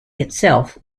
itself